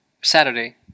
Saturday